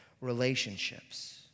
relationships